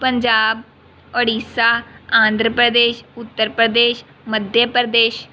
Punjab Orissa Andhra Pradesh Uttar Pradesh Madhya Pradesh